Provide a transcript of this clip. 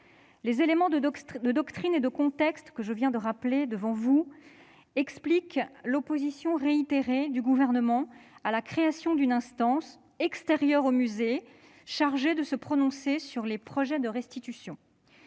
Les éléments de doctrine et de contexte que je viens de rappeler à cette tribune expliquent l'opposition réitérée du Gouvernement à la création d'une instance extérieure aux musées, qui serait chargée de se prononcer sur les projets de restitution.